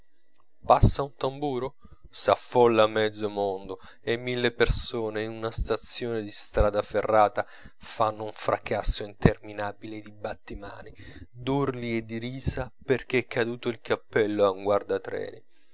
passa un tamburo s'affolla mezzo mondo e mille persone in una stazione di strada ferrata fanno un fracasso interminabile di battimani d'urli e di risa perchè è caduto il cappello a un guardatreni